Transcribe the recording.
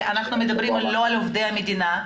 אנחנו מדברים לא על עובדי המדינה,